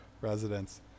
residents